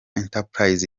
entreprise